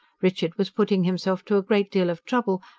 richard was putting himself to a great deal of trouble,